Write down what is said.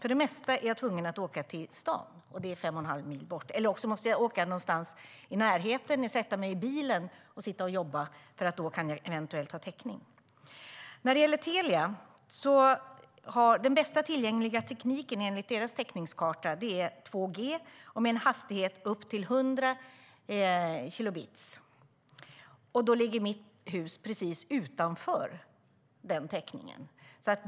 För det mesta är jag tvungen att åka till staden fem och en halv mil bort, eller också måste jag åka någonstans i närheten och sätta mig i bilen för att jobba, för då kan jag eventuellt ha täckning. När det gäller Telia är den bästa tillgängliga tekniken enligt deras täckningskarta 2G med en hastighet upp till 100 kilobit. Mitt hus ligger precis utanför den täckningen.